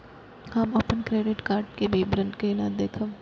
हम अपन credit card के विवरण केना देखब?